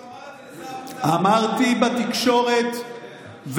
כשהוא אמר את זה --- אמרתי בתקשורת, בהחלט.